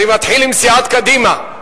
אני מתחיל עם סיעת קדימה,